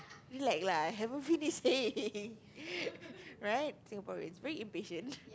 relax lah I haven't finish saying right Singaporeans very impatient